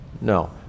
No